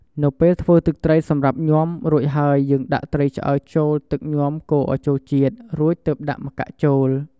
នៅពេលធ្វើទឹកត្រីសម្រាប់ញាំរួចហើយយើងដាក់ត្រីឆ្អើរចូលទឹកញាំកូរឱ្យចូលជាតិ រួចទើបដាក់ម្កាក់ចូល។